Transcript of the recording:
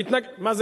מה התנגדות?